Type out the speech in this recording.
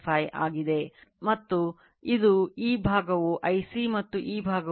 5 ಆಗಿದೆ ಮತ್ತು ಇದು ಈ ಭಾಗವು Ic ಮತ್ತು ಈ ಭಾಗವು Im ಮತ್ತು ಇದು ಕರೆಂಟ್ I0 ಆಗಿದೆ